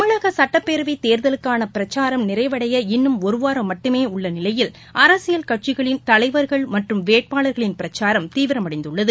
தமிழகசட்டப்பேரவைதேர்தலுக்கானபிரச்சாரம் நிறைவடைய இன்னும் ஒருவாரம் மட்டுமேஉள்ளநிலையில் அரசியல் கட்சிகளின் தலைவர்கள் மற்றும் வேட்பாளர்களின் பிரச்சாரம் தீவிரம் அடைந்துள்ளது